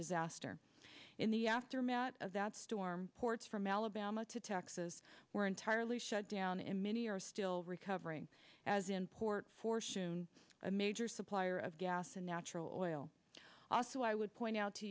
disaster in the aftermath of that storm ports from alabama to texas were entirely shut down and many are still recovering as in port fourchon a major supplier of gas and natural oils also i would point out to